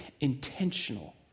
intentional